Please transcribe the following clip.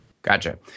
Gotcha